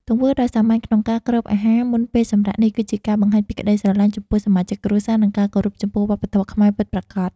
ទង្វើដ៏សាមញ្ញក្នុងការគ្របអាហារមុនពេលសម្រាកនេះ គឺជាការបង្ហាញពីក្តីស្រឡាញ់ចំពោះសមាជិកគ្រួសារ និងការគោរពចំពោះវប្បធម៌ខ្មែរពិតប្រាកដ។